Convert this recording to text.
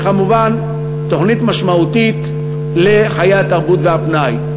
וכמובן, תוכנית משמעותית לחיי התרבות והפנאי.